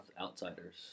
outsiders